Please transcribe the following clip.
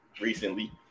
Recently